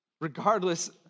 regardless